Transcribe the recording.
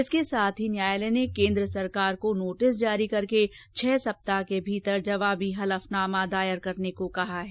इसके साथ ही न्यायालय ने केन्द्र सरकार को नोटिस जारी करके छह सप्ताह के भीतर जवाबी हलफनामा दायर करने को कहा है